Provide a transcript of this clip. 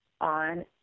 on